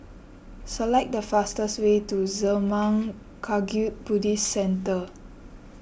select the fastest way to Zurmang Kagyud Buddhist Centre